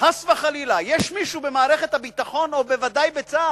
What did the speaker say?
שחס וחלילה יש מישהו במערכת הביטחון או בצה"ל